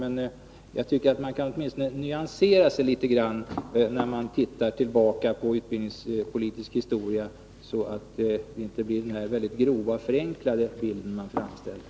Men jag tycker att man åtminstone kan nyansera sig litet när man ser tillbaka på utbildningspolitisk historia, så att det inte blir den här väldigt grova, förenklade bilden som man återger.